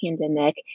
pandemic